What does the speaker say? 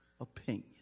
opinion